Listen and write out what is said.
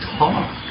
talk